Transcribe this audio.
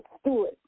Stewart